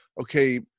okay